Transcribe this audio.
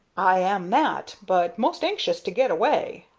i am that, but most anxious to get away.